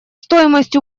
стоимость